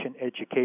education